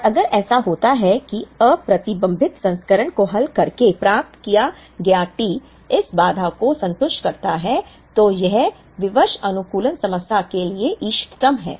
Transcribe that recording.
और अगर ऐसा होता है कि अप्रतिबंधित संस्करण को हल करके प्राप्त किया गया T इस बाधा को संतुष्ट करता है तो यह विवश अनुकूलन समस्या के लिए इष्टतम है